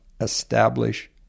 establish